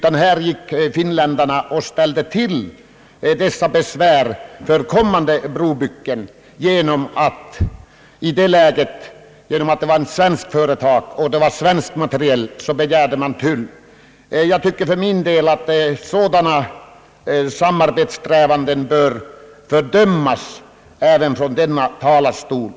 De finländska myndigheterna förorsakade mycket besvär för kommande brobyggen genom sin begäran om tullavgifter — det gällde ju ett svenskt företag och svenskt material — och jag tycker för min del att sådana »samarbetssträvanden» bör fördömas även från denna talarstol.